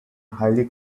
highly